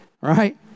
right